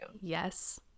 Yes